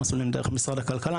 יש מסלולים דרך משרד הכלכלה,